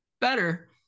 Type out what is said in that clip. better